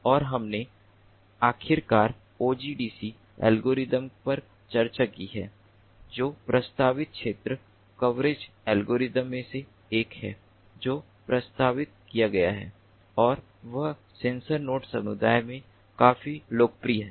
और हमने आखिरकार OGDC एल्गोरिथ्म पर चर्चा की है जो प्रस्तावित क्षेत्र कवरेज एल्गोरिदम में से एक है जो प्रस्तावित किया गया है और यह सेंसर नेटवर्क समुदाय में काफी लोकप्रिय है